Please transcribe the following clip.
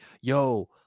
yo